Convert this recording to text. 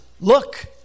Look